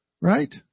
Right